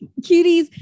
Cuties